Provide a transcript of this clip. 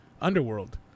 Underworld